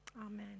Amen